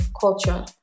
culture